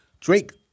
Drake